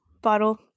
bottle